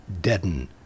deaden